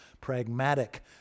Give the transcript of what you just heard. pragmatic